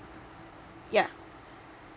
yeah